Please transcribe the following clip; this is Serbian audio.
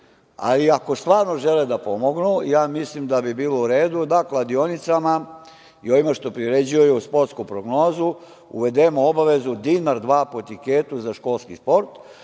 i ako stvarno žele da pomognu, ja mislim da bi bilo u redu da kladionicama i ovima što priređuju sportsku prognozu, uvedemo obavezu, dinar ili dva po tiketu, za školski sport,